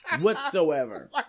Whatsoever